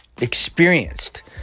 experienced